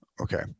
okay